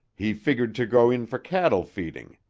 he figured to go in for cattle feeding.